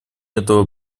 этого